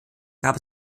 gab